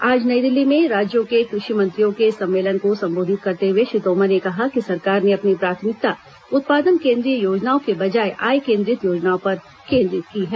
आज नई दिल्ली में राज्यों के कृषि मंत्रियों के सम्मेलन को संबोधित करते हुए श्री तोमर ने कहा कि सरकार ने अपनी प्राथमिकता उत्पादन केन्द्रित योजनाओं के बजाय आय केन्द्रित योजनाओं पर केन्द्रित की है